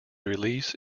release